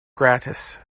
gratis